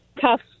tough